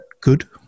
good